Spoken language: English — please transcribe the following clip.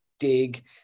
dig